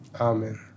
Amen